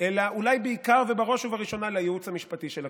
אלא אולי בעיקר ובראש ובראשונה לייעוץ המשפטי של הכנסת,